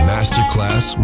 Masterclass